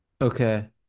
okay